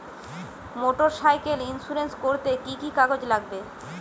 Motorcycle insurance করতে কি কি কাগজ লাগবে?